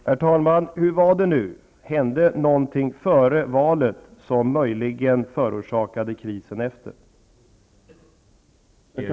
Herr talman! Hur var det nu? Hände någonting före valet som möjligen förorsakade krisen efter valet?